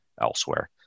elsewhere